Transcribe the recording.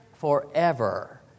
forever